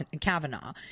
Kavanaugh